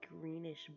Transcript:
greenish